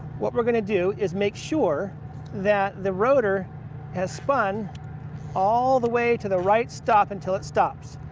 what we're going to do is make sure that the rotor has spun all the way to the right stop until it stops.